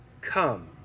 come